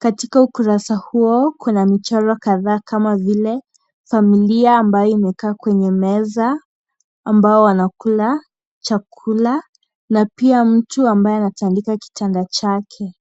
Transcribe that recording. Katika ukurasa huo kuna michoro kadhaa kama vile familia ambayo imekaa kwenye meza ambao wanakula chakula na pia mtu ambaye anatandika kitanda chake.